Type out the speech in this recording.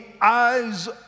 eyes